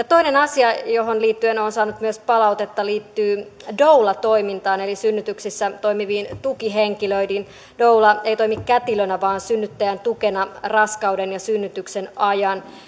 toinen asia johon liittyen olen saanut myös palautetta liittyy doulatoimintaan eli synnytyksissä toimiviin tukihenkilöihin doula ei toimi kätilönä vaan synnyttäjän tukena raskauden ja synnytyksen ajan